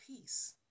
peace